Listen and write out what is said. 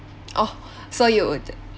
orh so you would